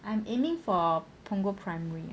I'm aiming for punggol primary